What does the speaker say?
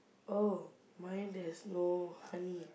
oh mine there's no honey